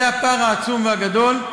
זה הפער העצום והגדול.